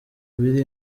biri